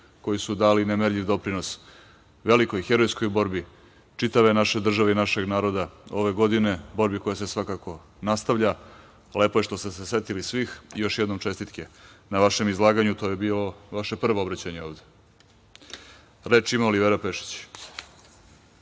koji su dali nemerljiv doprinos velikoj herojskoj borbi čitave naše države i našeg naroda ove godine, borbi koja se svakako nastavlja. Lepo je što ste se setili svih. Još jednom, čestitke na vašem izlaganju, to je bilo vaše prvo obraćanje ovde. Reč ima Olivera Pešić.